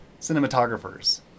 cinematographers